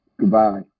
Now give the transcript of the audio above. Goodbye